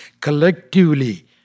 collectively